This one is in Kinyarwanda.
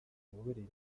imiyoborere